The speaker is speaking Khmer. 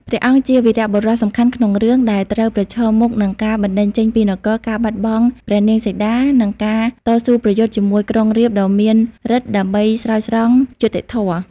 ព្រះអង្គជាវីរបុរសសំខាន់ក្នុងរឿង ដែលត្រូវប្រឈមមុខនឹងការបណ្ដេញចេញពីនគរ ការបាត់បង់ព្រះនាងសីតា និងការតស៊ូប្រយុទ្ធជាមួយក្រុងរាពណ៍ដ៏មានឫទ្ធិដើម្បីស្រោចស្រង់យុត្តិធម៌ ។